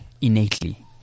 innately